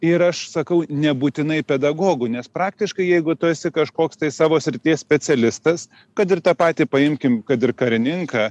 ir aš sakau nebūtinai pedagogų nes praktiškai jeigu tu esi kažkoks tai savo srities specialistas kad ir tą patį paimkim kad ir karininką